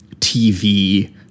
TV